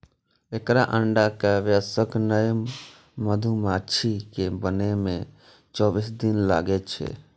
एकटा अंडा सं वयस्क नर मधुमाछी कें बनै मे चौबीस दिन लागै छै